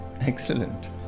Excellent